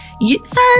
Sir